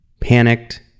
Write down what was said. panicked